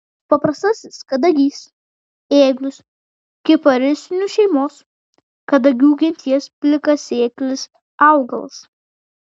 paprastasis kadagys ėglius kiparisinių šeimos kadagių genties plikasėklis augalas